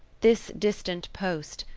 this distant post,